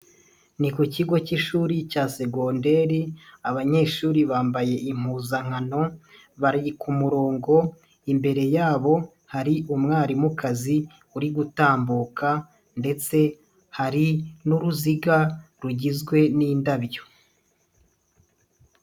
Ni ku kigo cy'ishuri cya segonderi, abanyeshuri bambaye impuzankano, bari ku murongo, imbere yabo hari umwarimukazi uri gutambuka ndetse hari n'uruziga rugizwe n'indabyo.